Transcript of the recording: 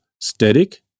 static